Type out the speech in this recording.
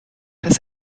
has